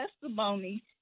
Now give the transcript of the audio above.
testimony